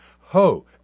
Ho